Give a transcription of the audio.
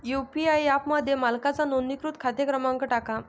UPI ॲपमध्ये मालकाचा नोंदणीकृत खाते क्रमांक टाका